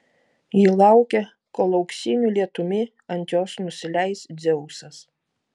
ji laukia kol auksiniu lietumi ant jos nusileis dzeusas